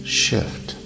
shift